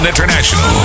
International